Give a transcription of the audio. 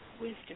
wisdom